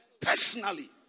personally